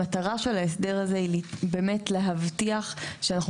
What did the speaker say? המטרה של ההסדר הזה היא באמת להבטיח שאנחנו